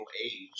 age